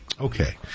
Okay